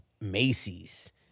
Macy's